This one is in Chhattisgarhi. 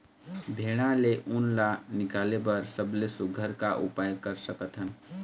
भेड़ा ले उन ला निकाले बर सबले सुघ्घर का उपाय कर सकथन?